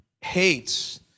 hates